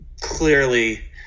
Clearly